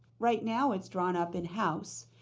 right now it's drawn up inhouse.